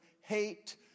hate